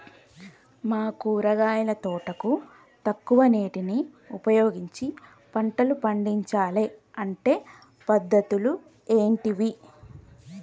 మా కూరగాయల తోటకు తక్కువ నీటిని ఉపయోగించి పంటలు పండించాలే అంటే పద్ధతులు ఏంటివి?